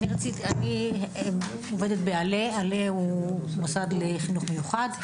אני עובדת בעל״ה, שהוא מוסד לחינוך מיוחד.